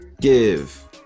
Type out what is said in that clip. give